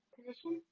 Position